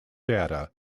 data